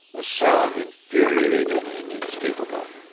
a sound infuriating and inescapable.